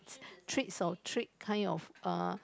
treats or trick kind of uh